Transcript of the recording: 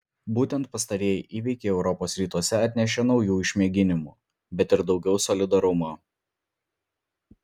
būtent pastarieji įvykiai europos rytuose atnešė naujų išmėginimų bet ir daugiau solidarumo